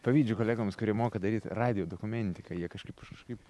pavydžiu kolegoms kurie moka daryt radijo dokumentiką jie kažkaip aš kažkaip